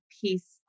piece